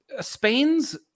Spain's